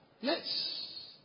Yes